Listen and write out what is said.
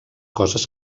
coses